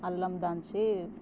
అల్లం దంచి